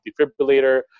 defibrillator